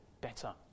better